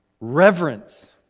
reverence